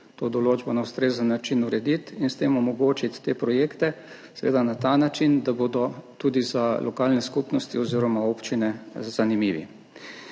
to določbo na ustrezen način urediti in s tem omogočiti te projekte, seveda na ta način, da bodo tudi za lokalne skupnosti oziroma občine zanimivi.